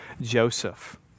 Joseph